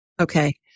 Okay